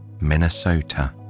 Minnesota